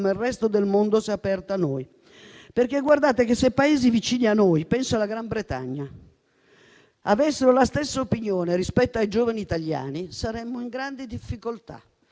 il resto del mondo si è aperto a noi, perché se Paesi vicini a noi - penso alla Gran Bretagna - avessero la stessa opinione rispetto ai giovani italiani, saremmo in grande difficoltà,